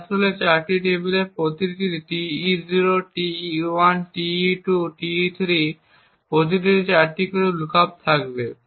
তাই আসলে এই 4টি টেবিলের প্রতিটিতে Te0 Te1 Te2 এবং Te3 প্রতিটিতে 4টি করে লুকআপ থাকবে